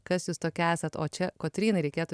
kas jūs tokia esat o čia kotrynai reikėtų